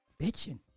bitching